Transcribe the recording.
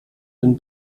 den